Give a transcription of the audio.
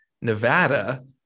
nevada